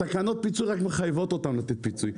תקנות הפיצוי רק מחייבות אותם לתת פיצוי,